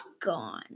Gone